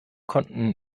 konnten